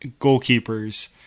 goalkeepers